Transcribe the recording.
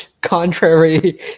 contrary